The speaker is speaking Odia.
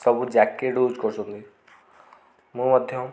ସବୁ ଜ୍ୟାକେଟ୍ ୟ୍ୟୁଜ୍ କରୁଛନ୍ତି ମୁଁ ମଧ୍ୟ